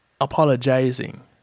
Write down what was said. apologizing